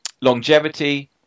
longevity